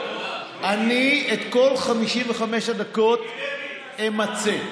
אני את כל 55 הדקות אמצה.